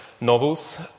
novels